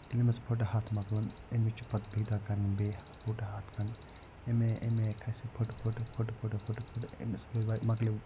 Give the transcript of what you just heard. ییٚلہِ أمِس فُٹہٕ ہَتھ مَکلَن أمِس چھِ پتہٕ بیٚیہِ دۄہ کَرٕنۍ بیٚیہِ فُٹہٕ ہَتھ کھنڈ أمۍ آیہِ أمۍ آیہِ کھسہِ یہِ فُٹہٕ فُٹہٕ فُٹہٕ فُٹہٕ فُٹہٕ فُٹہٕ أمِس مَکلہِ